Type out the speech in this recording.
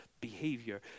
behavior